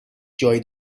جای